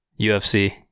UFC